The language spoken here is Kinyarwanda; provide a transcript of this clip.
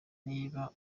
niba